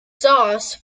sauce